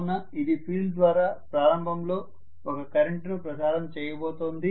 కావున ఇది ఫీల్డ్ ద్వారా ప్రారంభంలో ఒక కరెంట్ను ప్రసారం చేయబోతోంది